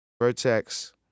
Vertex